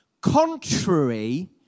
Contrary